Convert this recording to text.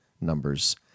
numbers